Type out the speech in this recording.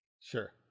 sure